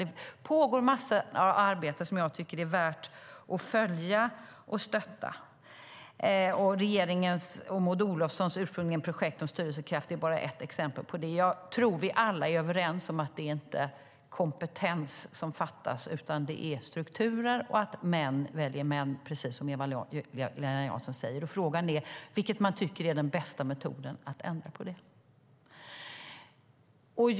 Det pågår alltså en massa arbete som jag tycker att det är värt att följa och stötta, och regeringens - ursprungligen Maud Olofssons - projekt om styrelsekraft är bara ett exempel på det. Jag tror att vi alla är överens om att det inte är kompetens som fattas utan att det handlar om strukturer - män väljer män, precis som Eva-Lena Jansson säger. Frågan är vilken metod för att ändra på det man tycker är den bästa.